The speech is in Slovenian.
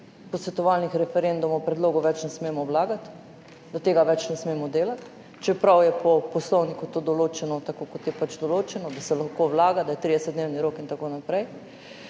posvetovalnih referendumov, predlogov več ne smemo vlagati, da tega več ne smemo delati, čeprav je po poslovniku to določeno tako, kot je pač določeno, da se lahko vlaga, da je 30-dnevni rok in tako naprej.